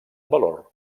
valor